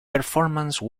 performance